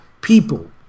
people